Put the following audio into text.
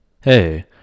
Hey